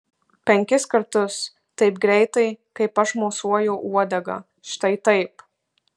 penkis kartus taip greitai kaip aš mosuoju uodega štai taip